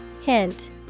Hint